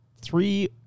three